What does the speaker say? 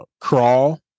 Crawl